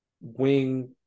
wing